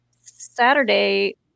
Saturday